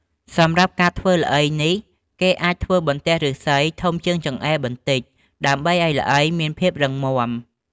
សម្រាប់ការធ្វើល្អីនេះ គេអាចធ្វើបន្ទះឫស្សីធំជាងចង្អេរបន្តិច ដើម្បីឱ្យល្អីមានភាពរឹងមាំ។